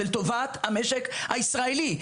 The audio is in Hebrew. זה לטובת המשק הישראלי.